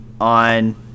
on